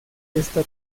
esta